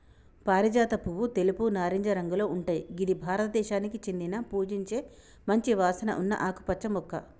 పారిజాత పువ్వు తెలుపు, నారింజ రంగులో ఉంటయ్ గిది భారతదేశానికి చెందిన పూజించే మంచి వాసన ఉన్న ఆకుపచ్చ మొక్క